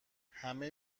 همه